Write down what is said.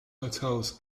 hotels